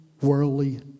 worldly